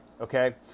Okay